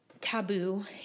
Taboo